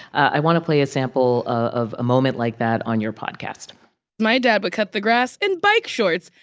i want to play a sample of a moment like that on your podcast my dad would cut the grass in bike shorts,